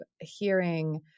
hearing